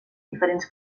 diferents